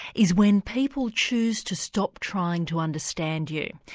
is when people choose to stop trying to understand you.